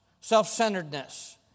Self-centeredness